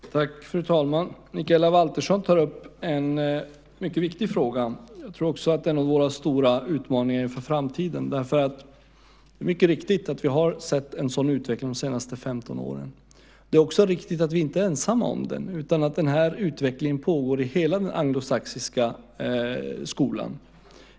Fru talman! Mikaela Valtersson tar upp en mycket viktig fråga. Jag tror att det är en av våra stora utmaningar inför framtiden. Det är riktigt att vi har sett en sådan utveckling de senaste 15 åren. Det är också riktigt att vi inte är ensamma om den. Den här utvecklingen pågår i hela den anglosaxiska skolan.